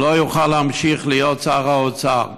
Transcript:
הוא לא יוכל להמשיך להיות שר האוצר.